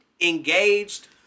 engaged